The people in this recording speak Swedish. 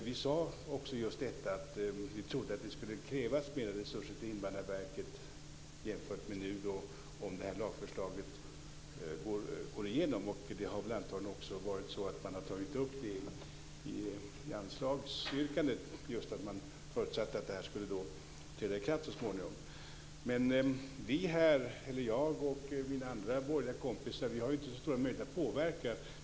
Vi sade också just att vi trodde att det skulle krävas mer resurser till Invandrarverket jämfört med nu om det här lagförslaget går igenom. Man har antagligen också tagit upp i anslagsyrkandet att man förutsatte att detta skulle träda i kraft så småningom. Jag och mina andra borgerliga kompisar har ju inte så stora möjligheter att påverka.